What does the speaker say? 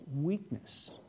weakness